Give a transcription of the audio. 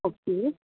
okay